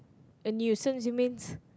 a nuisance you means